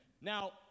Now